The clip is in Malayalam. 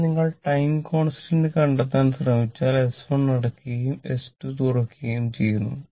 ഇവിടെ നിങ്ങൾ ടൈം കോൺസ്റ്റന്റ് കണ്ടെത്താൻ ശ്രമിച്ചാൽ s1 അടയ്ക്കുകയും s2 തുറക്കുകയും ചെയ്യുന്നു